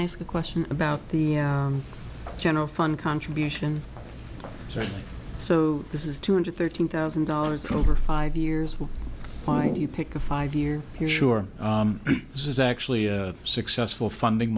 i ask a question about the general fund contribution so this is two hundred thirteen thousand dollars over five years will find you pick a five year you're sure this is actually a successful funding